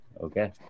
Okay